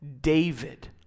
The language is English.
David